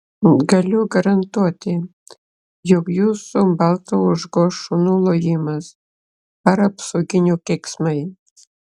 galiu garantuoti jog jūsų balsą užgoš šunų lojimas ar apsauginių keiksmai